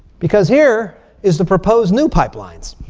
because here is the proposed new pipelines.